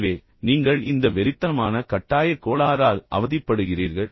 எனவே நீங்கள் இந்த வெறித்தனமான கட்டாயக் கோளாறால் அவதிப்படுகிறீர்கள்